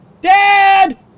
dad